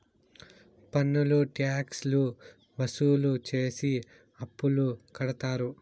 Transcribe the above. పన్నులు ట్యాక్స్ లు వసూలు చేసి అప్పులు కడతారు